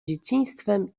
dzieciństwem